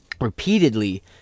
repeatedly